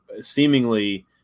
seemingly